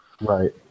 Right